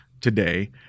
today